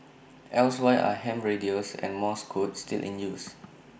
else why are ham radios and morse code still in use